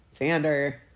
Xander